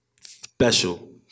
special